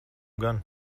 gan